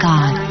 God